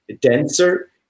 denser